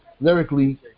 lyrically